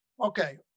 okay